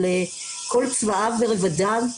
על כל צבעיו ורבדיו,